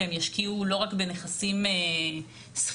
שהם ישקיעו לא רק בנכסים סחירים,